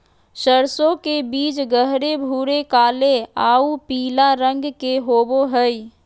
सरसों के बीज गहरे भूरे काले आऊ पीला रंग के होबो हइ